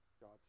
God